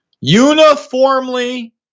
Uniformly